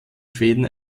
schweden